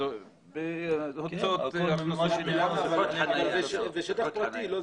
זה שטח פרטי, לא?